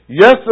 Yes